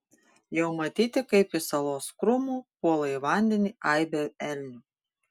jau matyti kaip iš salos krūmų puola į vandenį aibė elnių